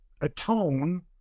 atone